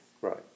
right